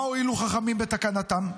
מה הועילו חכמים בתקנתם?